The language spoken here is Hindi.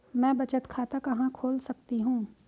मैं बचत खाता कहां खोल सकती हूँ?